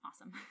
awesome